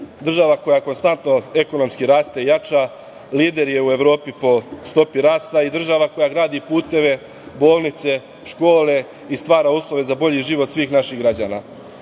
država koja konstantno ekonomski raste, jača, lider je u Evropi po stopi rasta i država koja gradi puteve, bolnice, škole i stvara uslove za bolji život svih naših građana.